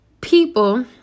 people